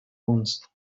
uns